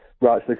Right